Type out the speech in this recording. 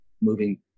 moving